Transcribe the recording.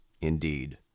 indeed